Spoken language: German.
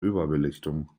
überbelichtung